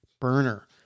burner